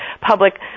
public